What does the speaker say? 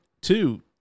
two